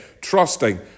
trusting